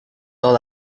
all